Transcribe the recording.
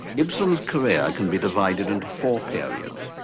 ibsen's career can be divided into four periods.